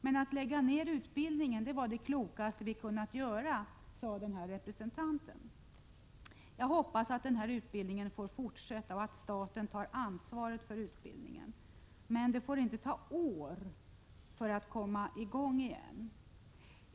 Men att lägga ned utbildningen var det klokaste vi kunde göra, sade denna representant. Jag hoppas att utbildningen får fortsätta och att staten tar ansvaret för den. Men det får inte ta år att komma i gång igen.